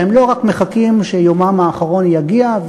והם לא רק מחכים שיומם האחרון יגיע,